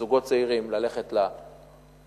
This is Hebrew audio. זוגות צעירים ללכת לפריפריה,